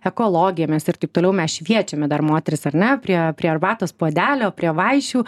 ekologija mes ir taip toliau mes šviečiame dar moteris ar ne prie prie arbatos puodelio prie vaišių